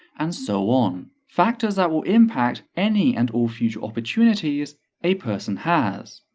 and so on, factors that will impact any and all future opportunities a person has.